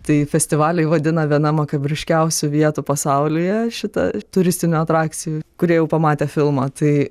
tai festivaliai vadina viena makabriškiausių vietų pasaulyje šita turistinių atrakcijų kurie jau pamatę filmą tai